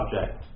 object